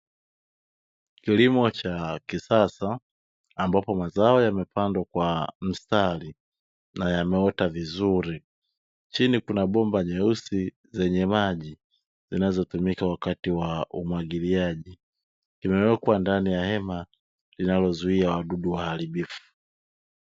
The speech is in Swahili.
Kilimo cha kisasa ambapo mazao yamepandwa kwa mistari na yameota vizuri. Chini kuna bomba nyeusi zenye maji, zinazotumika wakati wa umwagiliaji zimewekwa ndani ya hema linalozuia wadudu waharibifu.